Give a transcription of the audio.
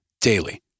daily